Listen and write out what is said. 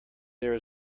there